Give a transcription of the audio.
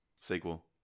sequel